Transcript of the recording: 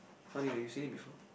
how do you know you've seen it before